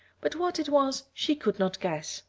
but what it was she could not guess,